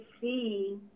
see